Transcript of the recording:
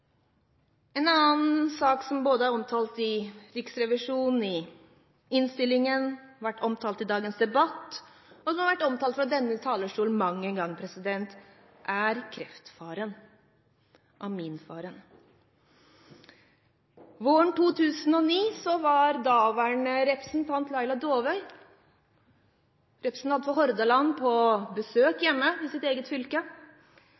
En annen sak som er omtalt både av Riksrevisjonen, i innstillingen og i dagens debatt, og som har vært omtalt fra denne talerstolen mange en gang, er kreftfaren, aminfaren. Våren 2009 var daværende representant for Hordaland, Laila Dåvøy, på besøk hjemme i sitt eget fylke.